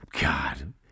God